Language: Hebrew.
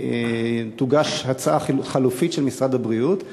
תוגש הצעה חלופית של משרד הבריאות.